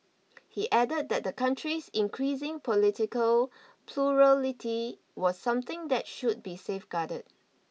he added that the country's increasing political plurality was something that should be safeguarded